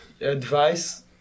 advice